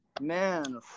Man